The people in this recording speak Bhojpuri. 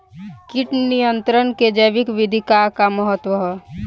कीट नियंत्रण क जैविक विधि क का महत्व ह?